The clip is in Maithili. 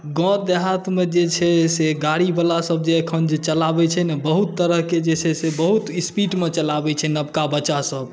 गाँव देहातमे जे छै से गाड़ीवलासभ अखन जे चलाबै छै ने बहुत तरहके जे छै से बहुत स्पीडमे चलाबै छै नबका बच्चासभ